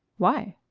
why?